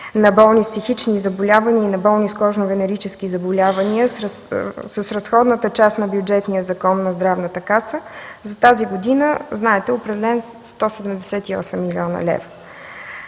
на болни с психични заболявания и на болни с кожно-венерически заболявания, с разходната част на Бюджетния закон на Здравната каса за тази година, знаете, са определени 178 млн. лв.